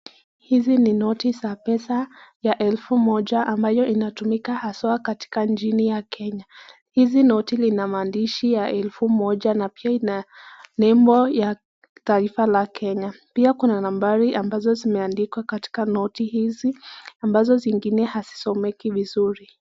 Hizi ni noti za pesa ya elfu moja ambaye inatumika haswa katika nchi ya kenya, hizi noti lina mandishi ya elfu moja na pia nembo ya taifa la Kenya pia kuna nambari zimeandikwa katika noti hizi ambazo zingine hazisomeki vizuri.